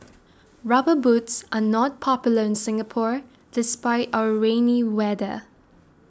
rubber boots are not popular in Singapore despite our rainy weather